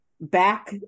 back